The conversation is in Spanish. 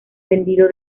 vendido